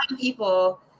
people